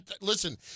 Listen